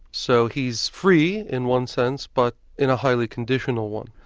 so he's free in one sense, but in a highly conditional one.